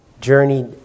journeyed